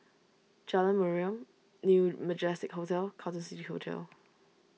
Jalan Mariam New Majestic Hotel Carlton City Hotel